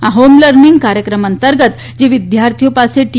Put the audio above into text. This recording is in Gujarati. આ હોમ લર્નિંગ કાર્યક્રમ અંતર્ગત જે વિદ્યાર્થીઓ પાસે ટી